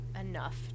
enough